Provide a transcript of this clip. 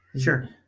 sure